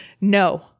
No